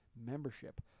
membership